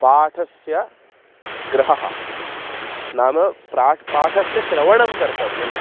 पाठस्य ग्रहणं नाम प्रा पाठस्य श्रवणं कर्तव्यम्